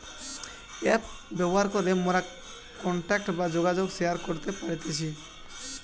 app ব্যবহার করে মোরা কন্টাক্ট বা যোগাযোগ শেয়ার করতে পারতেছি